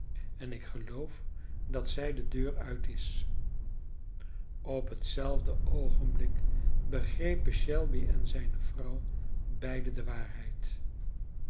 en ik geloof dat zij de deur uit is op hetzelfde oogenblik begrepen shelby en zijne vrouw beiden de waarheid